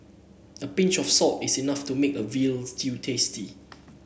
a pinch of salt is enough to make a veal stew tasty